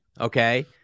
okay